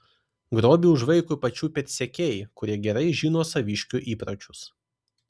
grobį užvaiko pačių pėdsekiai kurie gerai žino saviškių įpročius